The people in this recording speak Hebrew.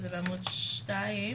בעמוד 2,